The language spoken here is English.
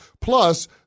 Plus